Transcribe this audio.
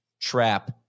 TRAP